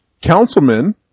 Councilman